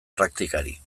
praktikari